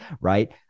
right